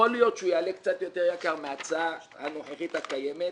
יכול להיות שהוא יעלה קצת יותר יקר מההצעה הנוכחית הקיימת.